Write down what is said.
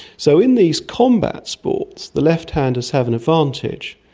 so in these combat sports, the left-handers have an advantage.